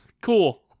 Cool